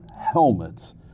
helmets